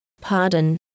Pardon